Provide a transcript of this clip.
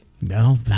No